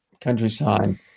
countryside